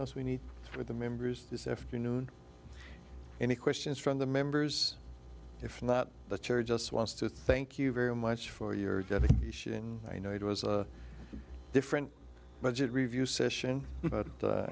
else we need for the members this afternoon any questions from the members if not the chair just wants to thank you very much for your dedication i know it was a different budget review session about